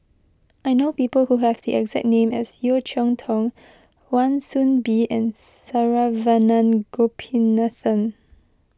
I know people who have the exact name as Yeo Cheow Tong Wan Soon Bee and Saravanan Gopinathan